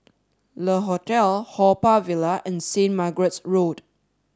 Le Hotel Haw Par Villa and St Margaret's Road